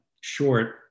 short